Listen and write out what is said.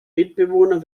mitbewohner